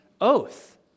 oath